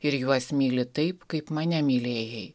ir juos myli taip kaip mane mylėjai